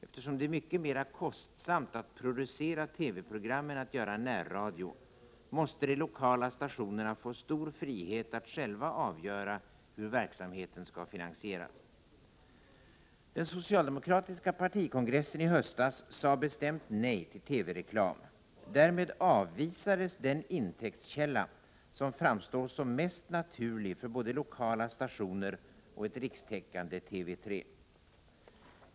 Eftersom det är mycket mera kostsamt att producera TV-program än att göra närradio, måste de lokala stationerna få stor frihet att själva avgöra hur verksamheten skall finansieras. Den socialdemokratiska partikongressen i höstas sade bestämt nej till TV-reklam. Därmed avvisades den intäktskälla som framstår som mest naturlig för både lokala stationer och ett rikstäckande TV 3.